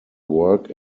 work